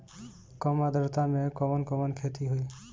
कम आद्रता में कवन कवन खेती होई?